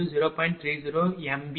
003 p